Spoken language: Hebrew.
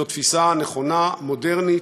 זו תפיסה נכונה, מודרנית,